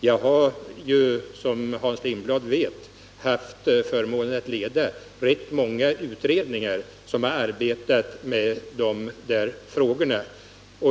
Jag har ju, som Hans Lindblad vet, haft förmånen att leda rätt många utredningar som arbetat med dessa frågor.